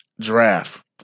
draft